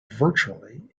virtually